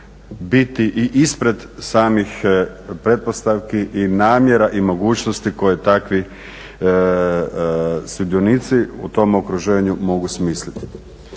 biti i ispred samih pretpostavki i namjera i mogućnosti koje takvi sudionici u tom okruženju mogu smisliti.